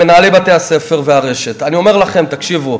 מנהלי בתי-הספר והרשת, אני אומר לכם, תקשיבו,